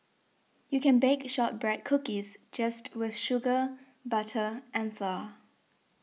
you can bake Shortbread Cookies just with sugar butter and flour